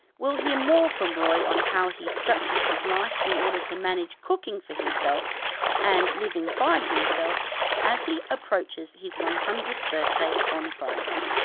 we'll hear more from roy on how he structures his life in order to manage cooking for himself and living by himself as he approaches his one hundredth birthday on friday